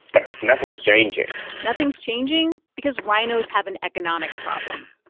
but nothing's changing nothing's changing because rhinos have an economics problem,